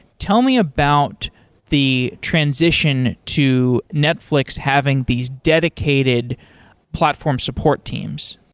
tell me about the transition to netflix having these dedicated platform support teams.